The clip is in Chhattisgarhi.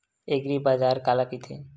एग्रीबाजार काला कइथे?